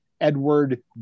Edward